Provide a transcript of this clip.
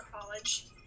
college